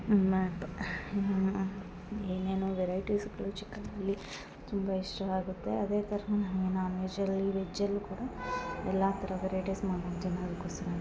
map ಏನೇನೋ ವೆರೈಟೀಸ್ಗಳು ಚಿಕನ್ಲಿ ತುಂಬ ಇಷ್ಟ ಆಗುತ್ತೆ ಅದೇ ಥರ ನನಗೆ ನಾನ್ ವೆಜ್ ಅಲ್ಲಿ ವೆಜ್ ಅಲ್ಲು ಕೂಡ ಎಲ್ಲ ಥರ ವೆರೈಟೀಸ್ ಮಾಡ್ಬೌದು